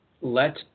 let